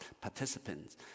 participants